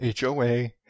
HOA